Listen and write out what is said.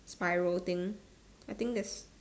spiral thing I think that's